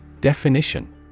Definition